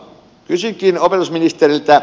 kysynkin opetusministeriltä